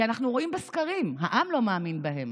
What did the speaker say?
כי אנחנו רואים בסקרים: העם לא מאמין בהם.